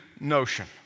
notion